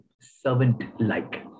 servant-like